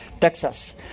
Texas